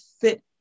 fit